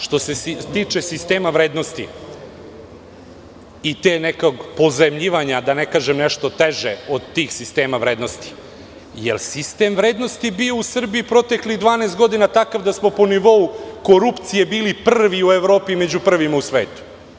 Što se tiče sistema vrednosti i tog nekog pozajmljivanja, da ne kažem nešto teže, od tih sistema vrednosti, da li je sistem vrednosti bio u Srbiji proteklih 12 godina takav da smo po nivou korupcije bili prvi u Evropi i među prvima u svetu?